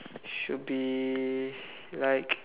should be like